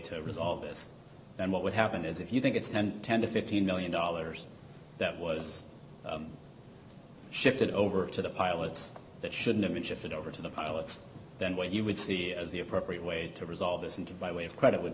to resolve this then what would happen is if you think its one thousand and ten dollars to fifteen million dollars that was shifted over to the pilots that shouldn't have been shifted over to the pilots then what you would see as the appropriate way to resolve this into by way of credit would